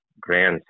grand